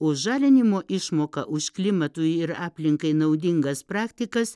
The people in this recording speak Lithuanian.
o žalinimo išmoka už klimatui ir aplinkai naudingas praktikas